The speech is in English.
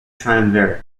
triumvirate